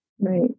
Right